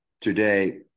today